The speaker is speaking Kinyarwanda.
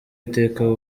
iteka